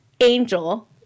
angel